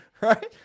right